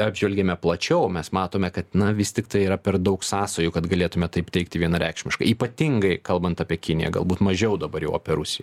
apžvelgiame plačiau mes matome kad vis tiktai yra per daug sąsajų kad galėtume taip teigti vienareikšmiškai ypatingai kalbant apie kiniją galbūt mažiau dabar jau apie rusiją